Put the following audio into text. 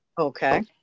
Okay